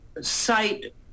site